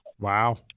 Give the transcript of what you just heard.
Wow